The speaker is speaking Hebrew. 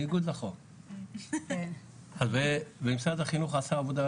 בניגוד לחוק ומשרד החינוך יעשה עבודה